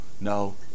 no